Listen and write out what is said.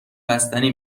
بستنی